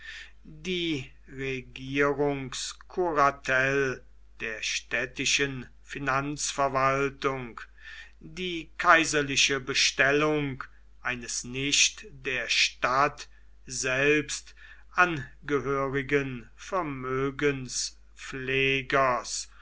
die regierungskuratel der städtischen finanzverwaltung die kaiserliche bestellung eines nicht der stadt selbst angehörigen